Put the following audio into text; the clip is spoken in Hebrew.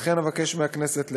לכן אבקש מהכנסת לאשרה.